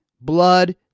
blood